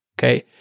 okay